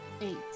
Eight